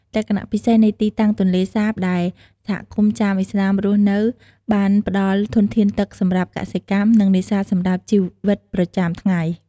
លក្ខណៈពិសេសនៃទីតាំងទន្លេសាបដែលសហគមន៍ចាមឥស្លាមរស់នៅបានផ្តល់ធនធានទឹកសម្រាប់កសិកម្ម និងនេសាទសម្រាប់ជីវិតប្រចាំថ្ងៃ។